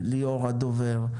את ליאור הדובר,